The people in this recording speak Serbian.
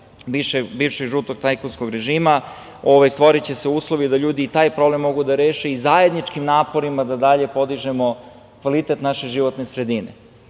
bivšeg žutog tajkunskog režima, stvoriće se uslovi da ljudi i taj problem mogu da reše i zajedničkim naporima dalje podižemo kvalitet naše životne sredine. Ovde